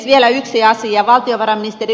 vielä yksi asia